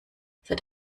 seit